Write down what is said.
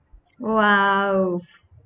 !wow!